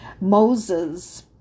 Moses